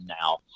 now